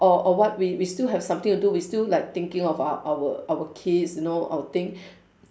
or or what we we still have something to do we still like thinking of ou~ our our kids you know our thing